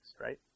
right